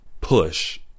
push